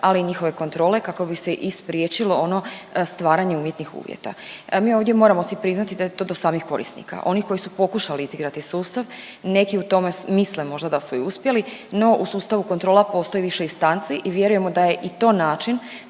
ali i njihove kontrole kako bi se i spriječilo ono stvaranje umjetnih uvjeta. Mi ovdje moramo si priznati da je to do samih korisnika. Oni koji su pokušali izigrati sustav neki u tome misle možda da su i uspjeli, no u sustavu kontrola postoji više instanci i vjerujemo da je i to način